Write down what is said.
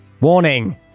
warning